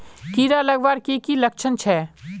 कीड़ा लगवार की की लक्षण छे?